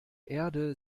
erde